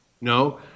No